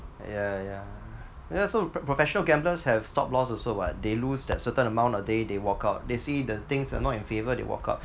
yeah yeah yeah so so professional gamblers have stop-loss also [what] they lose that certain amount a day they walk out they see the things are not in favour they walk out